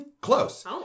Close